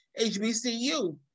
HBCU